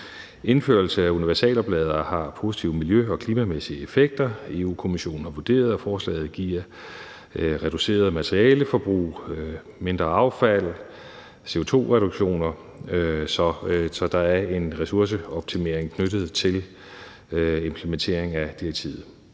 indførelse af universalopladere har positive miljø- og klimamæssige effekter, og Europa-Kommissionen har vurderet, at forslaget giver et reduceret materialeforbrug, mindre affald og CO2-reduktioner, så der er en ressourceoptimering knyttet til implementeringen af direktivet.